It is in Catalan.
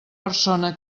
persona